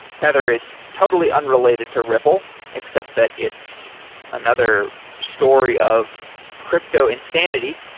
tether is totally unrelated to ripple, except that it's another story of crypto insanity.